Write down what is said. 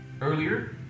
earlier